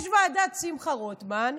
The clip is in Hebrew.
יש ועדת שמחה רוטמן,